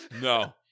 No